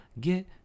get